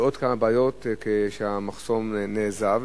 ועוד כמה בעיות כשהמחסום נעזב.